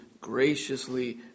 graciously